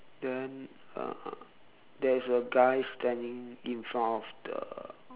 then uh there's a guy standing in front of the